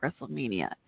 Wrestlemania